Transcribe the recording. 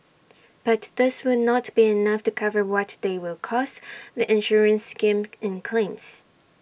but this will not be enough to cover what they will cost the insurance scheme in claims